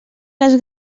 les